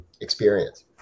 experience